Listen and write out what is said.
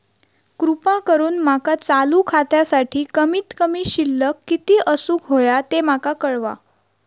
कृपा करून माका चालू खात्यासाठी कमित कमी शिल्लक किती असूक होया ते माका कळवा